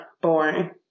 boring